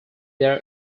their